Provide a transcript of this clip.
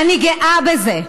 אני גאה בזה.